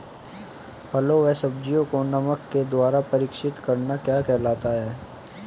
फलों व सब्जियों को नमक के द्वारा परीक्षित करना क्या कहलाता है?